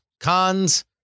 cons